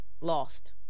Lost